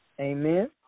Amen